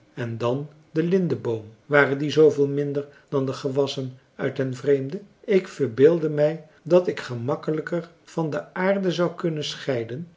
en dan de lindeboom waren die zooveel minder dan de gewassen uit den vreemde ik verbeeldde mij dat ik gemakkelijker van de aarde zou kunnen scheiden